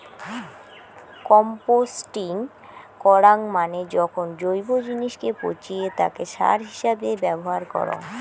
composting করাঙ মানে যখন জৈব জিনিসকে পচিয়ে তাকে সার হিছাবে ব্যবহার করঙ